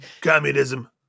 Communism